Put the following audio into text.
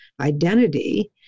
identity